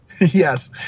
Yes